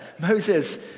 Moses